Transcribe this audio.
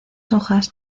hojas